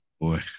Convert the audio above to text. Boy